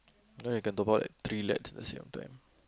that one you can top up like three leads at the same time